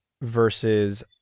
versus